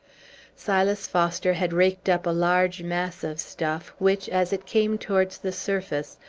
silas foster had raked up a large mass of stuff, which, as it came towards the surface,